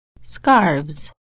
scarves